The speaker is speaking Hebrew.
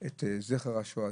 את זכר השואה.